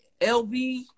LV